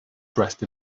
dressed